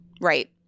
Right